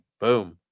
boom